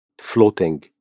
Floating